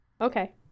Okay